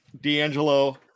D'Angelo